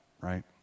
right